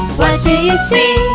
do you see?